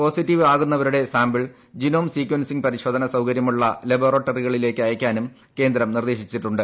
positive ആകുന്നവരുടെ sample genome sequencing പരിശോധന സൌകര്യമുള്ള ലബോറട്ടറികളിലേയ്ക്ക് അയയ്ക്കാനും കേന്ദ്രം നിർദ്ദേശിച്ചിട്ടുണ്ട്